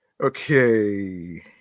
Okay